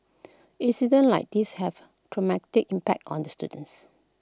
incidents like these have A traumatic impact on the students